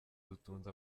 dutunze